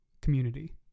community